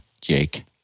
Jake